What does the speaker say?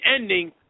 ending